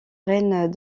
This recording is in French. reine